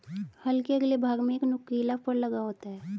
हल के अगले भाग में एक नुकीला फर लगा होता है